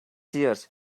seers